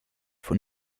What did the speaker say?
von